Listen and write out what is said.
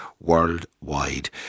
worldwide